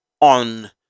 on